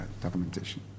documentation